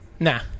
nah